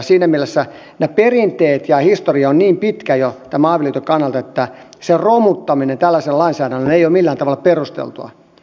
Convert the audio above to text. siinä mielessä ne perinteet ja historia ovat jo niin pitkät tämän avioliiton kannalta että sen romuttaminen tällaisella lainsäädännöllä ei ole millään tavalla perusteltua